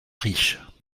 riche